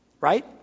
Right